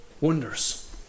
wonders